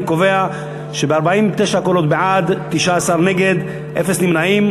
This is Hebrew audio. אני קובע שב-49 קולות בעד, 19 נגד, אפס נמנעים.